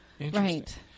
Right